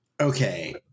Okay